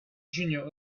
junior